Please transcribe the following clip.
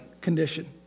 condition